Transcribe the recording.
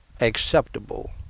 acceptable